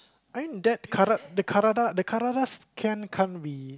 I mean that can can't be